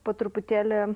po truputėlį